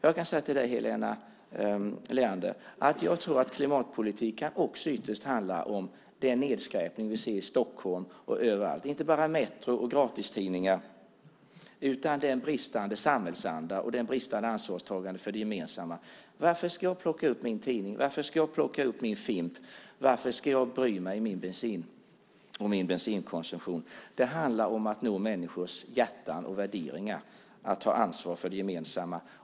Jag kan säga till dig, Helena Leander, att jag tror att klimatpolitik ytterst också kan handla om den nedskräpning som vi ser i Stockholm och överallt. Det gäller inte bara Metro och andra gratistidningar utan också en bristande samhällsanda och ett bristande ansvarstagande för det gemensamma. Varför ska jag plocka upp min tidning? Varför ska jag plocka upp min fimp? Varför ska jag bry mig om min bensinkonsumtion? Det handlar om att nå människors hjärtan och värderingar, att ta ansvar för det gemensamma.